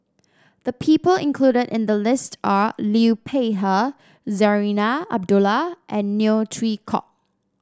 the people included in the list are Liu Peihe Zarinah Abdullah and Neo Chwee Kok